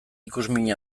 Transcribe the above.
ikusmin